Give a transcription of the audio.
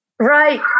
Right